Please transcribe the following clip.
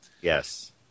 Yes